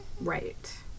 Right